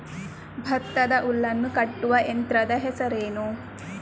ಭತ್ತದ ಹುಲ್ಲನ್ನು ಕಟ್ಟುವ ಯಂತ್ರದ ಹೆಸರೇನು?